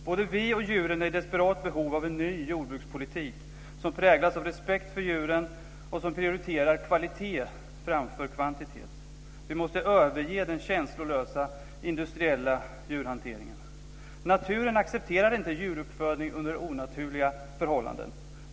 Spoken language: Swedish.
Både vi och djuren är i desperat behov av en ny jordbrukspolitik, som präglas av respekt för djuren och som prioriterar kvalitet framför kvantitet. Vi måste överge den känslolösa industriella djurhanteringen. Naturen accepterar inte djuruppfödning under onaturliga förhållanden.